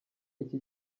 iki